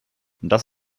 das